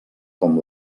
com